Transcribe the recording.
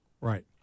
Right